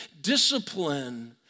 discipline